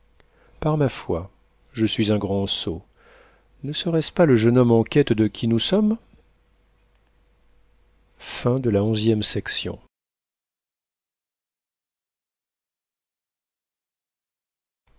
par ma foi je suis un grand sot ne serait-ce pas le jeune homme en quête de qui nous sommes